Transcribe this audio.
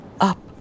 up